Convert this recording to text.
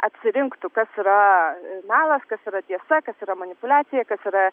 atsirinktų kas yra melas kas yra tiesa kas yra manipuliacija kas yra